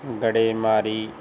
ਗੜੇਮਾਰੀ